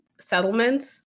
settlements